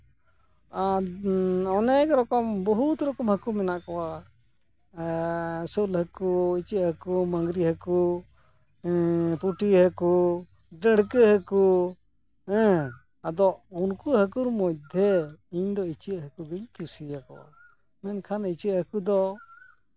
ᱚᱱᱮᱠ ᱨᱚᱠᱚᱢ ᱵᱚᱦᱩᱛ ᱨᱮᱠᱚᱢ ᱦᱟᱹᱠᱩ ᱢᱮᱱᱟᱜ ᱠᱚᱣᱟ ᱥᱳᱞ ᱦᱟᱹᱠᱩ ᱤᱪᱟᱹᱜ ᱦᱟᱹᱠᱩ ᱢᱟᱜᱽᱨᱤ ᱦᱟᱹᱠᱩ ᱯᱩᱸᱴᱤ ᱦᱟᱹᱠᱩ ᱰᱟᱹᱬᱠᱟᱹ ᱦᱟᱹᱠᱩ ᱦᱮᱸ ᱟᱫᱚ ᱩᱱᱩ ᱦᱟᱹᱠᱩ ᱢᱮᱫᱽᱫᱷᱮ ᱤᱧᱫᱚ ᱤᱪᱟᱹᱜ ᱦᱟᱹᱠᱩ ᱜᱤᱧ ᱠᱩᱥᱤᱭᱟ ᱠᱚᱣᱟ ᱢᱮᱱᱠᱷᱟᱱ ᱤᱪᱟᱹᱜ ᱦᱟᱹᱠᱩ ᱫᱚ